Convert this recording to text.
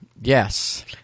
Yes